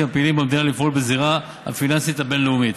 הפעילים במדינה לפעול בזירה הפיננסית הבין-לאומית.